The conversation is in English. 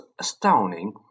astounding